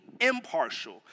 impartial